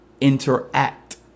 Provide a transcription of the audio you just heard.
interact